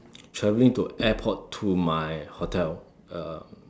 travelling to airport to my hotel um